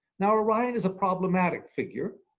now orion is a problematic figure,